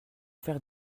faire